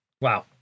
Wow